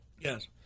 Yes